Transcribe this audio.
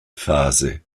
phase